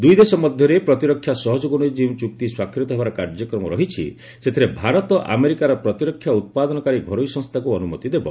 ଦୁଇଦେଶ ମଧ୍ୟରେ ପ୍ରତିରକ୍ଷା ସହଯୋଗ ନେଇ ଯେଉଁ ଚୁକ୍ତି ସ୍ୱାକ୍ଷରିତ ହେବାର କାର୍ଯ୍ୟକ୍ରମ ରହିଛି ସେଥିରେ ଭାରତ ଆମେରିକାର ପ୍ରତିରକ୍ଷା ଉତ୍ପାଦନକାରୀ ଘରୋଇ ସଂସ୍ଥାକୁ ଅନୁମତି ଦେବ